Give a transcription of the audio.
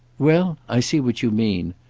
well i see what you mean.